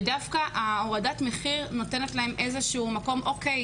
ודווקא הורדת המחיר נותנת להם איזה אוקיי,